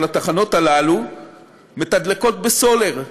אבל התחנות הללו מתדלקות בסולר,